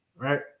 right